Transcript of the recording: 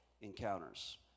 encounters